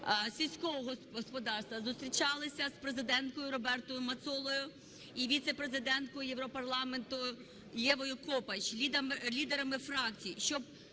сільського господарства. Зустрічалися з президенткою Робертою Метсолою і віцепрезиденткою Європарламенту Евою Копач, лідерами фракцій,